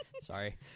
Sorry